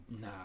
nah